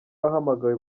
wahamagawe